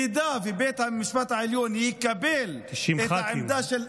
אם בית המשפט העליון יקבל את העמדה של,